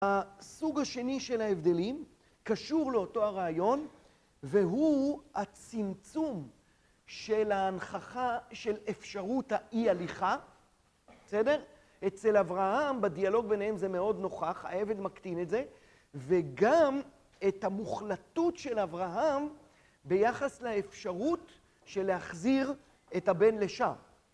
הסוג השני של ההבדלים, קשור לאותו הרעיון, והוא הצמצום של ההנכחה של אפשרות האי-הליכה. בסדר? אצל אברהם, בדיאלוג ביניהם זה מאוד נוכח, העבד מקטין את זה, וגם את המוחלטות של אברהם ביחס לאפשרות של להחזיר את הבן לשם.